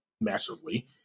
massively